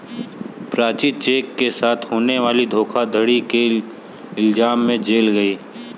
Prachi cheque के साथ होने वाली धोखाधड़ी के इल्जाम में जेल गई